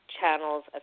channels